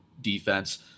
defense